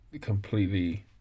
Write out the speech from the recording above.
completely